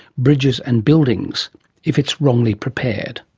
bridges and buildings if it's wrongly prepared.